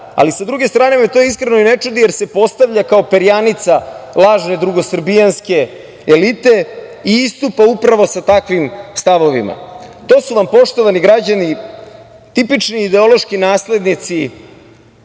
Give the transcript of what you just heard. Sa druge strane me to ikreno i ne čudi jer se postavlja kao perjanica lažne drugosrbijanske elite i istupa upravo sa takvim stavovima. To su vam poštovani građani, tipični ideološki naslednici